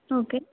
okay